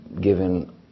given